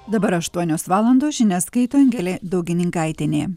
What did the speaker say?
dabar aštuonios valandos žinias skaito angelė daugininkaitienė